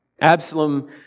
Absalom